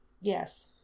Yes